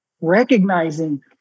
recognizing